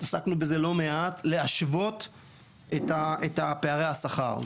עסקנו בזה לא מעט להשוות את פערי השכר.